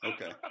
Okay